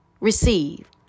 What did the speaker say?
Receive